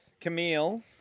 Camille